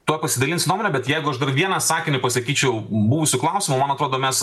tuoj pasidalinsiu nuomone bet jeigu aš dar vieną sakinį pasakyčiau buvusiu klausimu man atrodo mes